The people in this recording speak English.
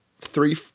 three